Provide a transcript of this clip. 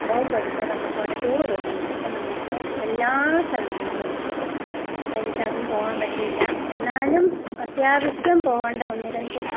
of എടുത്ത് നമുക്ക് അവിടെ ടൂറ് പോകുന്നുണ്ട് അപ്പം നമുക്ക് എല്ലാ സ്ഥലങ്ങളിലും നമുക്ക് പോവാം പക്ഷെ എനിക്ക് അധികം പോവാൻ പറ്റിയില്ല എന്നാലും അത്യാവശ്യം പോകേണ്ട ഒന്ന് രണ്ട്